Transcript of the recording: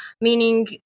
meaning